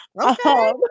okay